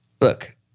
Look